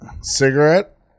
Cigarette